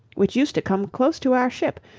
which used to come close to our ship,